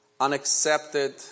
unaccepted